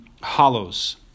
hollows